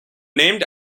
named